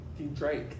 Drake